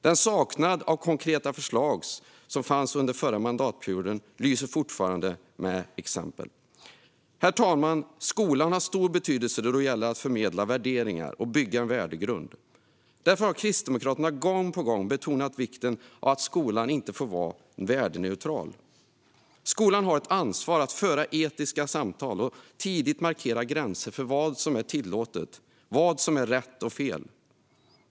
Avsaknaden av konkreta förslag under den förra mandatperioden lyser fortfarande med sitt exempel. Herr talman! Skolan har stor betydelse när det gäller att förmedla värderingar och bygga en värdegrund. Därför har Kristdemokraterna gång på gång betonat vikten av att skolan inte får vara värdeneutral. Skolan har ett ansvar för att föra etiska samtal och tidigt markera gränser för vad som är tillåtet och vad som är rätt och fel.